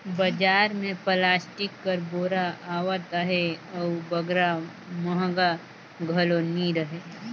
बजार मे पलास्टिक कर बोरा आवत अहे अउ बगरा महगा घलो नी रहें